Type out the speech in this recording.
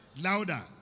Louder